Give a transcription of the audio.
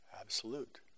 absolute